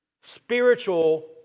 spiritual